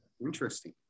Interesting